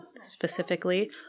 specifically